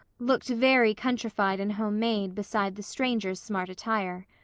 looked very countrified and home-made besides the stranger's smart attire.